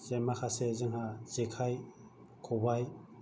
जे माखासे जोंहा जेखाइ खबाइ